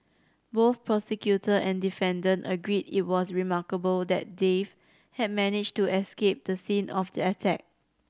both prosecutor and defendant agreed it was remarkable that Dave had managed to escape the scene of the attack